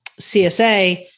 CSA